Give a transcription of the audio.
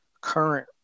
current